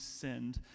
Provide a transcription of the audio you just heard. sinned